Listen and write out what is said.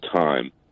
time